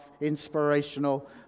Inspirational